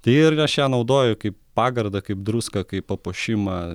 tai ir aš ją naudoju kaip pagardą kaip druską kaip papuošimą